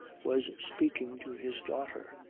was speaking to his daughter.